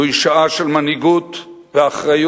זוהי שעה של מנהיגות ואחריות,